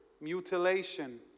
mutilation